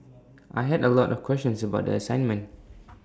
I had A lot of questions about the assignment